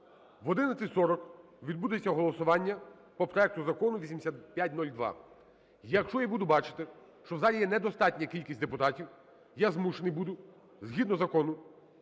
В 11:40 відбудеться голосування по проекту Закону 8502. Якщо я буду бачити, що у залі є недостатня кількість депутатів, я змушений буду згідно закону